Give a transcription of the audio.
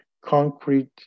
concrete